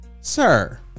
sir